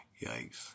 Yikes